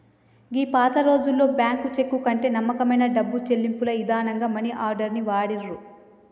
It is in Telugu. గీ పాతరోజుల్లో బ్యాంకు చెక్కు కంటే నమ్మకమైన డబ్బు చెల్లింపుల ఇదానంగా మనీ ఆర్డర్ ని వాడిర్రు